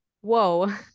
Whoa